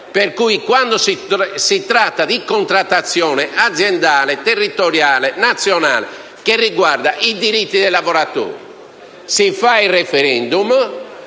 per cui quando si tratta di contrattazione aziendale, territoriale, nazionale che riguarda i diritti dei lavoratori si fa il *referendum*,